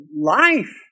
life